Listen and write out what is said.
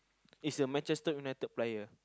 it's a Manchester-United player